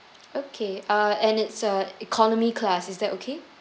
okay uh and it's a economy class is that okay